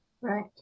Right